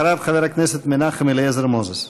אחריו, חבר הכנסת מנחם אליעזר מוזס.